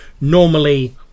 Normally